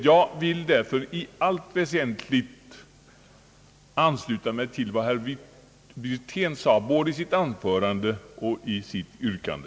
Jag vill därför i allt väsentligt ansluta mig till vad herr Wirtén sade och till hans yrkande.